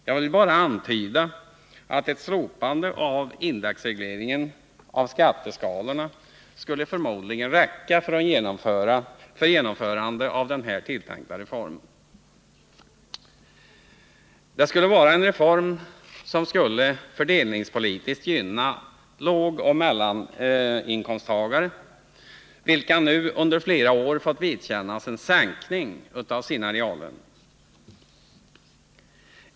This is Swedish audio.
Jag vill bara antyda att ett slopande av indexregleringen av skatteskalorna förmodligen skulle räcka för genomförande av den här tilltänkta reformen. Det skulle vara en reform som fördelningspolitiskt gynnade lågoch mellaninkomsttagare, vilka nu under flera år fått vidkännas en sänkning av sina reallöner.